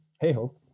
hey-ho